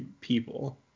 people